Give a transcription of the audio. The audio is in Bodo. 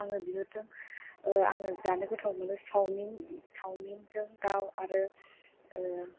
आं बिहरदों ओ आं जानो गोथाव मोनो चाउमिनजों दाउ आरो ओ